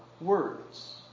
words